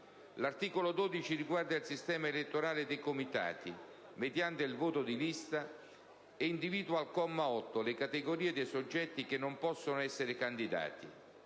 L'articolo 12 riguarda il sistema elettorale dei Comitati, nell'ambito del quale è previsto il voto di lista, e individua al comma 8 le categorie di soggetti che non possono essere candidati.